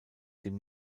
dem